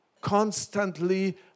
constantly